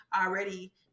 already